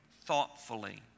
thoughtfully